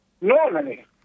Normally